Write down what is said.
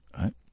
Right